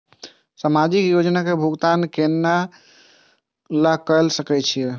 समाजिक योजना के भुगतान केना ल सके छिऐ?